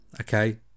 okay